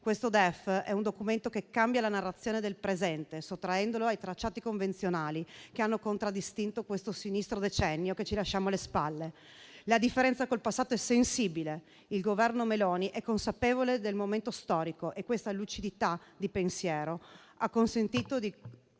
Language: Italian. questo DEF è un documento che cambia la narrazione del presente, sottraendolo ai tracciati convenzionali che hanno contraddistinto il sinistro decennio che ci lasciamo alle spalle, perché la differenza con il passato è sensibile: il Governo Meloni è consapevole del momento storico e questa lucidità di pensiero ha consentito di